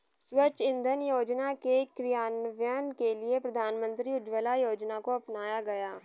स्वच्छ इंधन योजना के क्रियान्वयन के लिए प्रधानमंत्री उज्ज्वला योजना को अपनाया गया